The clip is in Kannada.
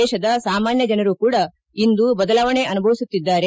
ದೇಶದ ಸಾಮಾನ್ಯ ಜನರು ಕೂಡ ಇಂದು ಬದಲಾವಣೆ ಅನುಭವಿಸುತ್ತಿದ್ದಾರೆ